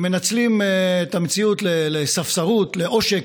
שמנצלים את המציאות לספסרות, לעושק,